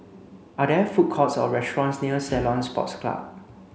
are there food courts or restaurants near Ceylon Sports Club